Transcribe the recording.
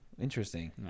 Interesting